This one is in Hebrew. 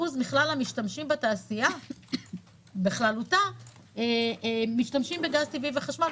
מכלל המשתמשים בתעשייה בכללותה משתמשים בגז טבעי וחשמל,